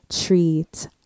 treat